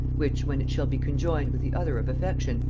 which, when it shall be conjoined with the other of affection,